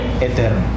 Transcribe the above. eterno